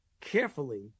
carefully